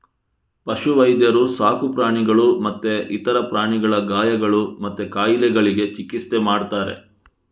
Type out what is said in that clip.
ಪಶು ವೈದ್ಯರು ಸಾಕು ಪ್ರಾಣಿಗಳು ಮತ್ತೆ ಇತರ ಪ್ರಾಣಿಗಳ ಗಾಯಗಳು ಮತ್ತೆ ಕಾಯಿಲೆಗಳಿಗೆ ಚಿಕಿತ್ಸೆ ಮಾಡ್ತಾರೆ